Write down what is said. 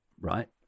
right